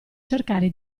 cercare